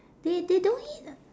they they don't eat